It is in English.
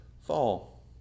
fall